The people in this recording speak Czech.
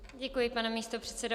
Děkuji, pane místopředsedo.